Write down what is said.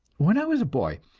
when i was a boy,